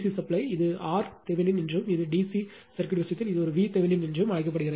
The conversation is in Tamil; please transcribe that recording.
சப்ளை இது R தெவெனின் என்றும் இது டி சி சர்க்யூட் விஷயத்தில் ஒரு V தெவெனின் என்றும் அழைக்கப்படுகிறது